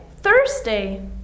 Thursday